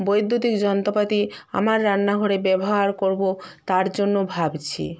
বৈদ্যুতিক যন্ত্রপাতি আমার রান্নাঘরে ব্যবহার করবো তার জন্য ভাবছি